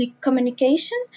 communication